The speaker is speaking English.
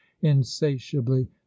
insatiably